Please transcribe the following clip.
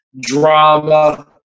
drama